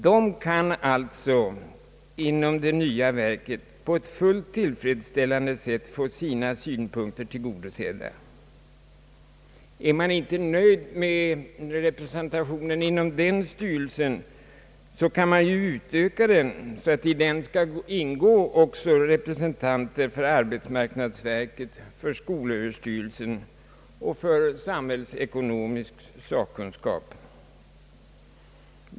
De kan alltså inom det nya verket på ett fullt tillfredsställande sätt få sina synpunkter tillgodosedda. är man inte nöjd med representationen inom styrelsen, kan man ju utöka den så att i den skall ingå också representanter för arbetsmarknadsverket, skolöverstyrelsen och samhällsekonomisk sakkunskap.